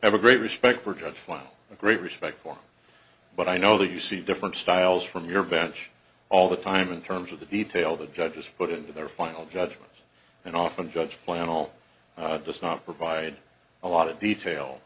ever great respect for judge fine great respect for but i know that you see different styles from your bench all the time in terms of the detail the judges put into their final judgments and often judge flannel does not provide a lot of detail